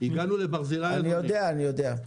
אני יודע, אני יודע.